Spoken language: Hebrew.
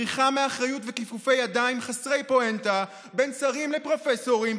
בריחה מאחריות וכיפופי ידיים חסרי פואנטה בין שרים לפרופסורים,